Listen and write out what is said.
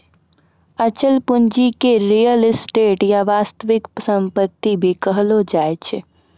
अचल पूंजी के रीयल एस्टेट या वास्तविक सम्पत्ति भी कहलो जाय छै